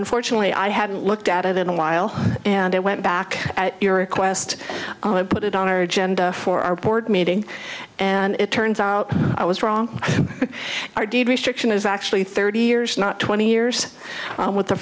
unfortunately i hadn't looked at it in a while and it went back at your request put it on our agenda for our board meeting and it turns out i was wrong our deed restriction is actually thirty years not twenty years with the